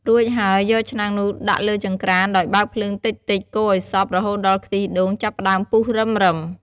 រួចហើយ យកឆ្នាំងនោះដាក់លើចង្ក្រានដោយបើកភ្លើងតិចៗ កូរឲ្យសព្វ រហូតដល់ខ្ទិះដូងចាប់ផ្ដើមពុះរឹមៗ។